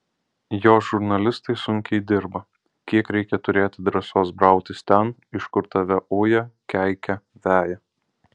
jos žurnalistai sunkiai dirba kiek reikia turėti drąsos brautis ten iš kur tave uja keikia veja